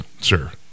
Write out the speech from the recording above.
sir